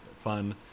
fun